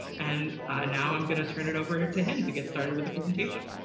and now i'm going to turn it over to him to get started with the presentation.